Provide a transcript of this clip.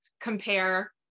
compare